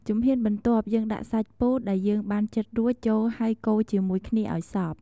ជំហានបន្ទាប់ យើងដាក់សាច់ពោតដែលយើងបានចិតរួចចូលហើយកូរជាមួយគ្នាឱ្យសព្វ។